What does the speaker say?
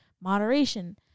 moderation